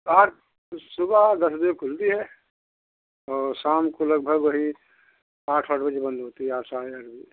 आठ सुबह और दस बजे खुलती है और शाम को लगभग वही आठ वाठ बंद होती है आठ साढ़े आठ बजे